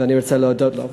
ואני רוצה להודות לו.